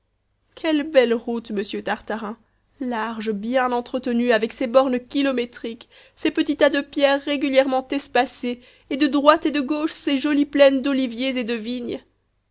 quelle belle route monsieur tartarin large bien entretenue avec ses bornes kilométriques ses petits tas de pierres régulièrement espacés et de droite et de gauche ses jolies plaines d'oliviers et de vignes